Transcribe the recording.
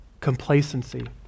complacency